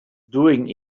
doing